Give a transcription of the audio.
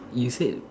you said